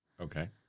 okay